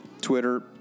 Twitter